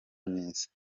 myiza